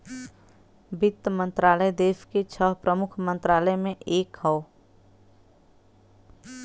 वित्त मंत्रालय देस के छह प्रमुख मंत्रालय में से एक हौ